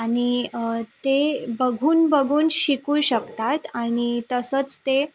आणि ते बघून बघून शिकू शकतात आणि तसंच ते